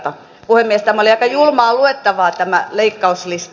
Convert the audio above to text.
puhemies tämä oli aika julmaa luettavaa tämä leikkauslista